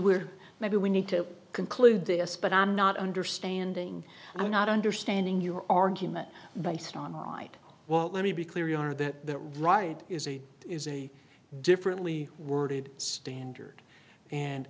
we're maybe we need to conclude this but i'm not understanding i'm not understanding your argument based on right well let me be clear you are that right is a is a differently worded standard and